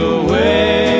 away